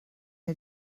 neu